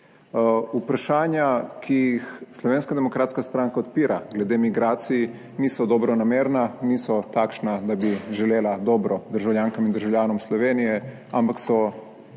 Vprašanja, ki jih Slovenska demokratska stranka odpira glede migracij niso dobronamerna, niso takšna, da bi želela dobro državljankam in državljanom Slovenije, ampak so,